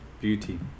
Beauty